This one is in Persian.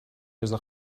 رضا